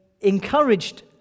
encouraged